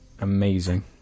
amazing